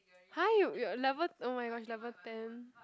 !huh! you your level oh-my-gosh level ten